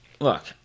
Look